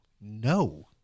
No